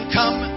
come